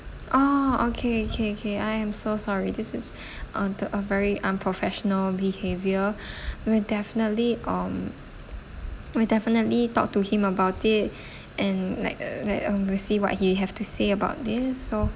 oh okay okay okay I am so sorry this is uh the a very unprofessional behaviour we'll definitely um we'll definitely talk to him about it and like uh like uh we'll see what he'll have to say about this so